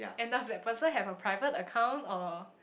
and does that person have a private account or